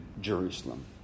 Jerusalem